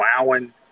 wowing